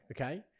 okay